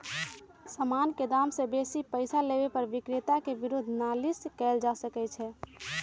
समान के दाम से बेशी पइसा लेबे पर विक्रेता के विरुद्ध नालिश कएल जा सकइ छइ